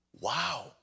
Wow